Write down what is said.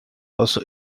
also